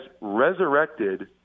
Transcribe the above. resurrected